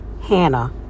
Hannah